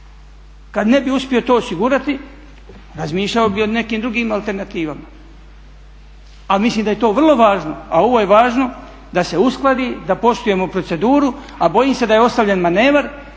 Kad ne bi uspio to osigurati razmišljao bih o nekim drugim alternativama. A mislim da je to vrlo važno, a ovo je važno da se uskladi, da poštujemo proceduru, a bojim se da je ostavljen manevar